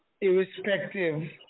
irrespective